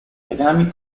legami